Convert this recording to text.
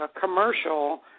commercial